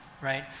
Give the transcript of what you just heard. right